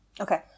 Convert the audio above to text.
Okay